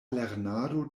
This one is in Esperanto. lernado